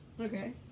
Okay